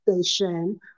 station